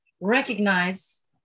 recognize